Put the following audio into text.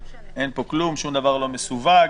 שום דבר לא מסווג,